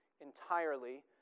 entirely